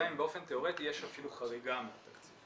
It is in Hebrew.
גם אם באופן תיאורטי יש אפילו חריגה מהתקציב.